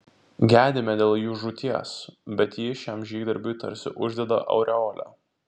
gedime dėl jų žūties bet ji šiam žygdarbiui tarsi uždeda aureolę